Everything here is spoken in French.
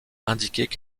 indiquaient